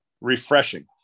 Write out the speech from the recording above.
refreshing